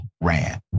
ran